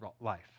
life